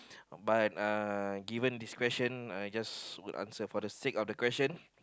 but uh given this question I just would answer for the sake of the question